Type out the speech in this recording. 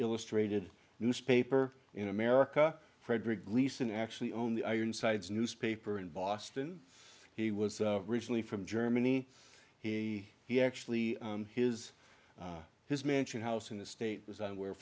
illustrated newspaper in america frederick gleason actually own the ironsides newspaper in boston he was originally from germany he he actually his his mansion house in the state was where